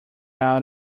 out